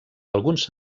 alguns